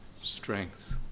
strength